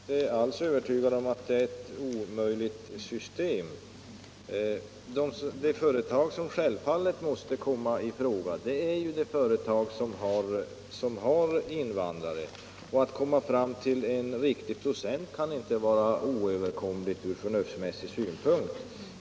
Herr talman! Jag är inte alls övertygad om att det är ett omöjligt system. De företag som självfallet måste komma i fråga är sådana som har invandrare, och att hitta ett riktigt procenttal kan inte vara oöverkomligt från förnuftsmässig synpunkt.